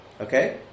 Okay